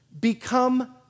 become